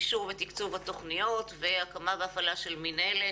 אישור ותקצוב התוכניות והקמה והפעלה של מינהלת